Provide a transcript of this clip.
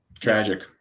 Tragic